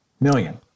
Million